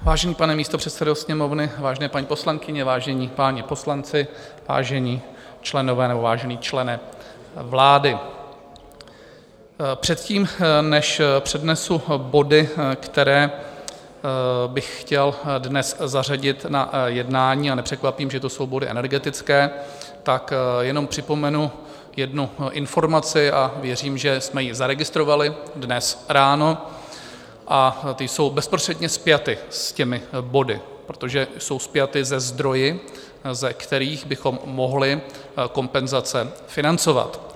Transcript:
Vážený pane místopředsedo Sněmovny, vážené paní poslankyně, vážení páni poslanci, vážení členové nebo vážený člene vlády, předtím, než přednesu body, které bych chtěl dnes zařadit na jednání, a nepřekvapím, že to jsou body energetické, jenom připomenu jednu informaci a věřím, že jsme ji zaregistrovali dnes ráno, a ty jsou bezprostředně spjaty s těmi body, protože jsou spjaty se zdroji, ze kterých bychom mohli kompenzace financovat.